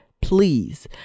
Please